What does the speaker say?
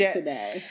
today